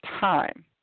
time